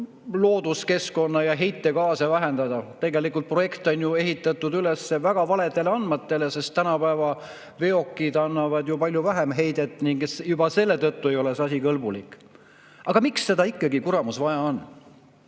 looduskeskkonna huvides heitgaase vähendada? Tegelikult projekt on ju ehitatud üles väga valedele andmetele, sest tänapäeva veokid annavad palju vähem heidet. Juba selle tõttu ei ole see asi kõlbulik. Aga miks seda ikkagi, kuramus, vaja on?